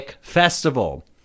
festival